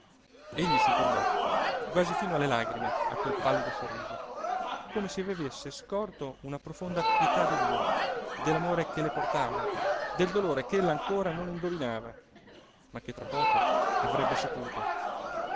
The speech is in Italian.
egli si turbò quasi fino alle lagrime a quel pallido sorriso come se vi avesse scorto una profonda pietà di lui dell'amore che le portava del dolore ch'ella ancora non indovinava ma che tra poco avrebbe saputo